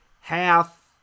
half